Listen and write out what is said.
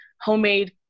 homemade